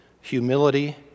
humility